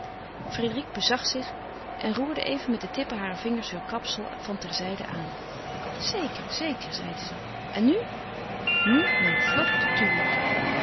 frédérique bezag zich en roerde even met de tippen harer vingers heur kapsel van terzijde aan zeker zeker zeide ze en nu nu mijn flot de tulle